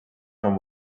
from